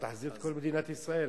תחזיר את כל מדינת ישראל,